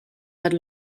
had